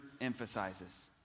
emphasizes